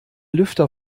lüfter